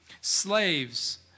Slaves